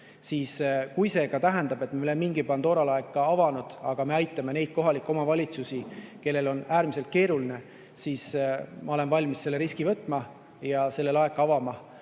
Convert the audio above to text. et kui see ka tähendab, et me oleme mingi Pandora laeka avanud, siis me ikkagi aitame neid kohalikke omavalitsusi, kellel on äärmiselt keeruline. Ma olen valmis selle riski võtma ja selle laeka avama.